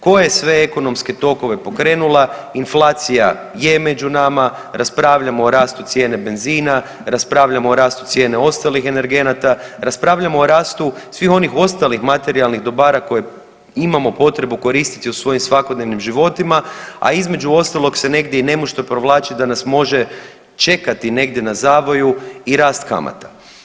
Koje sve ekonomske tokove pokrenula, inflacija je među nama, raspravljamo o rastu cijene benzina, raspravljamo o rastu cijene ostalih energenata, raspravlja o rastu svih onih ostalih materijalnih dobara koje imamo potrebu koristiti u svojim svakodnevnim životima, a između ostalog se negdje i nemušto provlači da nas može čekati negdje na zavoju i rast kamata.